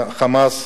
"חמאס"